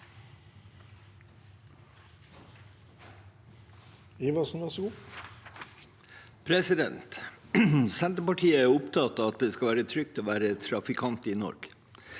Senterpartiet er opptatt av at det skal være trygt å være trafikant i Norge.